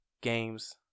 games